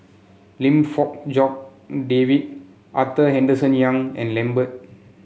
Lim Fong Jock David Arthur Henderson Young and Lambert